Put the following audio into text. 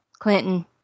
Clinton